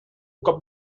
cop